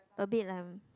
a bit lah